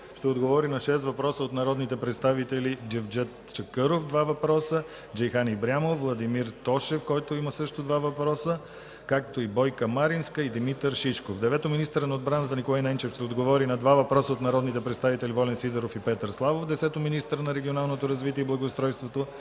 ще отговори на 6 въпроса от народните представители Джевдет Чакъров – два въпроса, Джейхан Ибрямов, Владимир Тошев – два въпроса, и Бойка Маринска и Димитър Шишков. 9. Министърът на отбраната Николай Ненчев ще отговори на два 2 въпроса от народните представители Волен Сидеров, и Петър Славов. 10. Министърът на регионалното развитие и благоустройството